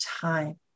time